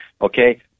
Okay